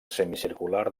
semicircular